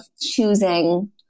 choosing